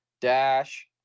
Dash